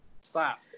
Stop